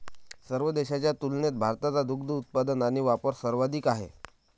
सर्व देशांच्या तुलनेत भारताचा दुग्ध उत्पादन आणि वापर सर्वाधिक आहे